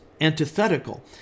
antithetical